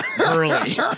early